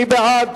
מי בעד?